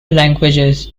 languages